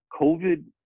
COVID